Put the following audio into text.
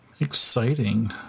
Exciting